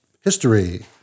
history